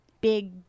big